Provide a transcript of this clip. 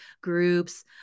groups